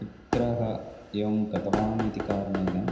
पुत्रः एवं गतवान् इति कारणेन